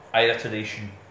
iteration